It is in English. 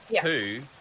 Two